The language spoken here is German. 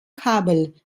kabel